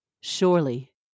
Surely